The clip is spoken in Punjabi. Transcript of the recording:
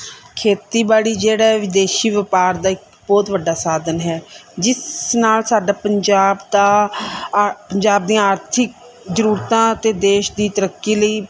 ਖੇਤੀਬਾੜੀ ਜਿਹੜਾ ਵਿਦੇਸ਼ੀ ਵਪਾਰ ਦਾ ਇਕ ਬਹੁਤ ਵੱਡਾ ਸਾਧਨ ਹੈ ਜਿਸ ਨਾਲ ਸਾਡਾ ਪੰਜਾਬ ਦਾ ਪੰਜਾਬ ਦੀਆਂ ਆਰਥਿਕ ਜ਼ਰੂਰਤਾਂ ਅਤੇ ਦੇਸ਼ ਦੀ ਤਰੱਕੀ ਲਈ